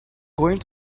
going